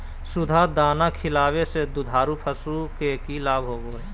सुधा दाना खिलावे से दुधारू पशु में कि लाभ होबो हय?